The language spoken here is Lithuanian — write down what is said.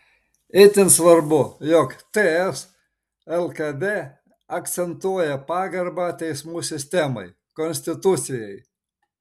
itin svarbu jog ts lkd akcentuoja pagarbą teismų sistemai konstitucijai